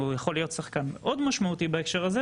והוא יכול להיות שחקן מאוד משמעותי בנושא הזה,